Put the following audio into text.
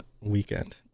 weekend